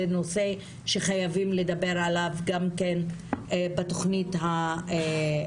זה נושא שחייבים לדבר עליו גם כן בתכנית שמכינים